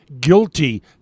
guilty